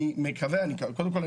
קודם כל,